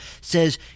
says